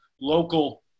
local